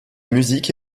musique